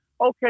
Okay